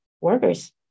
workers